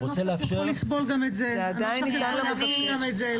אני רוצה לאפשר --- זה עדיין ניתן למבקש ------ לסבול גם את זה.